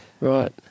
right